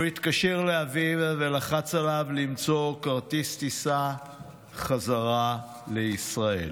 הוא התקשר לאביו ולחץ עליו למצוא כרטיס טיסה בחזרה לישראל.